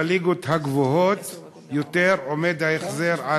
בליגות הגבוהות יותר עומד ההחזר על